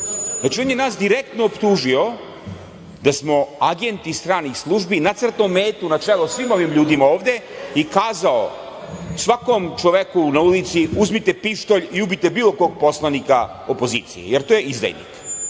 Znači, on je nas direktno optužio da smo agenti stranih službi i nacrtao metu na čelo svim ovima ljudima ovde i kazao svakom čoveku na ulici, uzmite pištolj i ubite bilo kog poslanika opozicije, jer to je